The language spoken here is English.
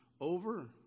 over